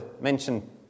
mention